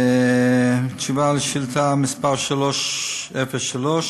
תשובה על שאילתה מס' 303: